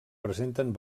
presenten